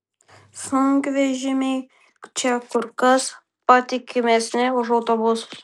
sunkvežimiai čia kur kas patikimesni už autobusus